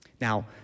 Now